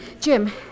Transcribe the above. Jim